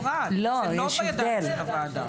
לא, אפרת, זה לא בידיים של הוועדה.